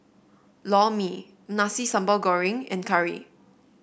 Lor Mee Nasi Sambal Goreng and curry